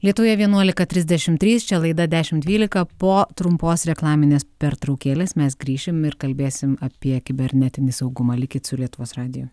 lietuvoje vienuolika trisdešimt trys čia laida dešimt dvylika po trumpos reklaminės pertraukėlės mes grįšim ir kalbėsim apie kibernetinį saugumą likit su lietuvos radiju